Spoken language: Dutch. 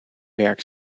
werk